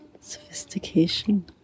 sophistication